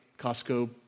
Costco